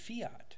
fiat